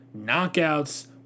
knockouts